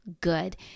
good